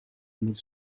moet